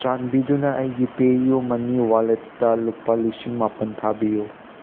ꯆꯥꯟꯕꯤꯗꯨꯅ ꯑꯩꯒꯤ PayUmoney ꯋꯥꯂꯦꯠꯇ ꯂꯨꯄꯥ ꯂꯤꯁꯤꯡ ꯃꯥꯄꯟ ꯊꯥꯕꯤꯌꯨ